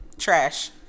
trash